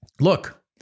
Look